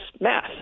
math